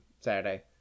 Saturday